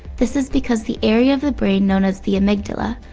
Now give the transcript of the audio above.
this is because the area of the brain known as the amygdala,